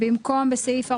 במקום "בסעיף 47"